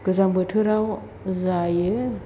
गोजां बोथोराव जायो